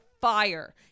fire